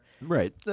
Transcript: right